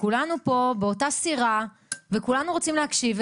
כולנו פה באותה הסיר וכולנו רוצים להקשיב,